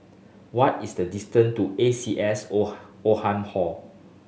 what is the distance to A C S Old Oldham Hall